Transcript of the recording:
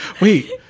Wait